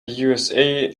usa